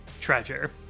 treasure